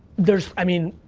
there's, i mean,